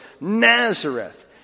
Nazareth